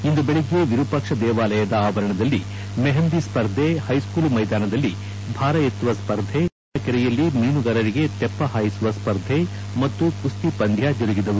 ಇಂದು ಬೆಳಿಗ್ಗೆ ವಿರೂಪಾಕ್ಷ ದೇವಾಲಯದ ಆವರಣದಲ್ಲಿ ಮೆಹಂಧಿ ಸ್ವರ್ಧೆ ಹೈಸ್ಕೂಲ್ ಮೈದಾನದಲ್ಲಿ ಭಾರ ಎತ್ತುವ ಸ್ವರ್ಧೆ ಕಮಲಾಪುರ ಕೆರೆಯಲ್ಲಿ ಮೀನುಗಾರರಿಗೆ ತೆಪ್ಪಹಾಯಿಸುವ ಸ್ವರ್ಧೆ ಮತ್ತು ಕುಸ್ತಿ ಪಂದ್ಯ ಜರುಗಿದವು